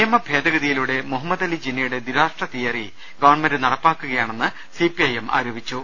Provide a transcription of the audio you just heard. നിയമഭേദഗതിയിലൂടെ മുഹമ്മദലി ജിന്നയുടെ ദ്വിരാഷ്ട്ര theory government നടപ്പാക്കുകയാണെന്ന് സി പി ഐ എം ആരോപിച്ചു